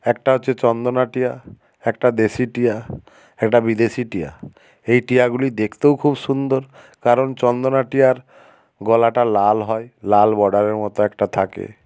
একটা হচ্ছে চন্দনা টিয়া একটা দেশি টিয়া একটা বিদেশি টিয়া এই টিয়াগুলি দেখতেও খুব সুন্দর কারণ চন্দনা টিয়ার গলাটা লাল হয় লাল বর্ডারের মতো একটা থাকে